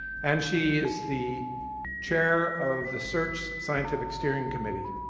and she is the chair of the search scientific steering committee.